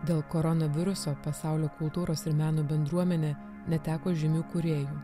dėl koronaviruso pasaulio kultūros ir meno bendruomenė neteko žymių kūrėjų